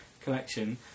collection